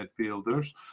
midfielders